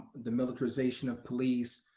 the militarization of police,